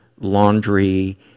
laundry